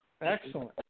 Excellent